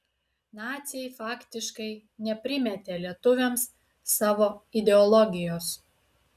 naciai faktiškai neprimetė lietuviams savo ideologijos